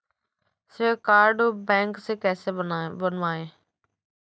श्रेय card bank से कैसे बनवाएं?